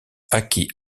acquit